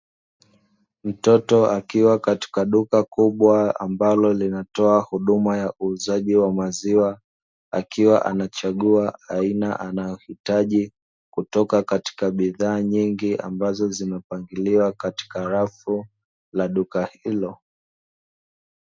Mtoto mdogo akiwa katika duka kubwa ambalo linatoa huduma la uuzaji wa maziwa, akiwa anachagua aina anayohitaji kutoka katika bidhaa nyingi ambazo zinapangiliwa katika rafu la duka hilo.